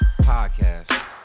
podcast